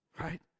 Right